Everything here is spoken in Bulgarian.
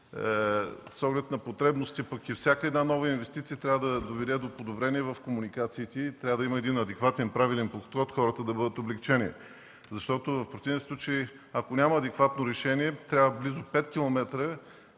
с оглед на потребностите. А и всяка една нова инвестиция трябва да доведе до подобрение в комуникациите и трябва да има един адекватен, правилен подход хората да бъдат облекчени. В противен случай, ако няма адекватно решение, трябва близо пет